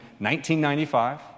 1995